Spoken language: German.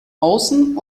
außen